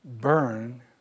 burn